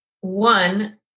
One